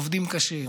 עובדים קשה,